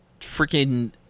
freaking